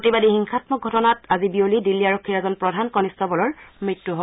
প্ৰতিবাদী হিংসান্মক ঘটনাত আজি বিয়লি দিল্লী আৰক্ষীৰ এজন প্ৰধান কনিষ্টবলৰ মৃত্যু হয়